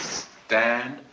stand